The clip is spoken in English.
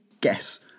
guess